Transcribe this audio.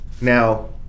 now